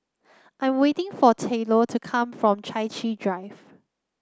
I'm waiting for Tylor to come from Chai Chee Drive